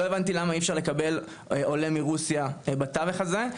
לא הבנתי למה אי אפשר לקבל עולה מרוסיה בטווח הזה.